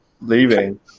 Leaving